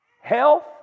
health